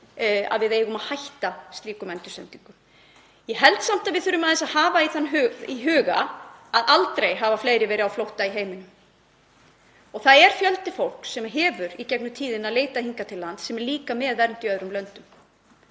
að við eigum að hætta slíkum endursendingum. Ég held samt að við þurfum aðeins að hafa í huga að aldrei hafa fleiri verið á flótta í heiminum. Það er fjöldi fólks sem hefur í gegnum tíðina leitað hingað til lands sem er líka með vernd í öðrum löndum